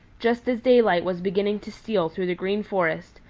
just as daylight was beginning to steal through the green forest,